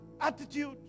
attitude